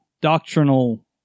doctrinal